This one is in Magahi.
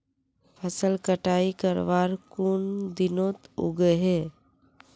फसल कटाई करवार कुन दिनोत उगैहे?